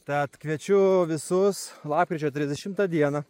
tad kviečiu visus lapkričio trisdešimtą dieną